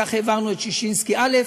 כך העברנו את ששינסקי א'.